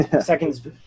second's